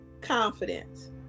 confidence